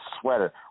sweater